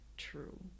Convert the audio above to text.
True